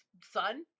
son